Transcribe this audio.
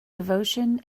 devotion